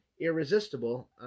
Irresistible